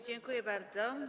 Dziękuję bardzo.